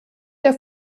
der